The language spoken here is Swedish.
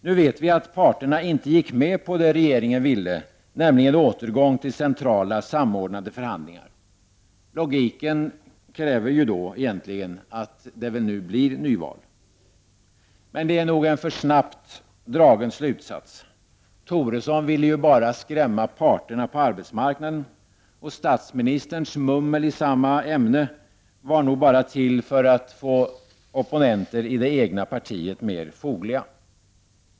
Nu vet vi att parterna inte gick med på det regeringen ville, nämligen återgång till centrala samordnade förhandlingar. Logiken kräver då egentligen att det nu blir nyval. Men det är nog en för snabbt dragen slutsats. Toresson ville ju bara skrämma parterna på arbetsmarknaden, och statsministerns mummel i samma ämne var nog bara till för att få opponenter i det egna partiet mer fogliga.